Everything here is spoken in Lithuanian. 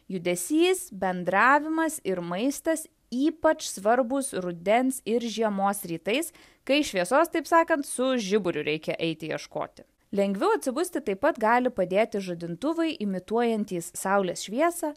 judesys bendravimas ir maistas ypač svarbūs rudens ir žiemos rytais kai šviesos taip sakant su žiburiu reikia eiti ieškoti lengviau atsibusti taip pat gali padėti žadintuvai imituojantys saulės šviesą